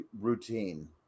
routine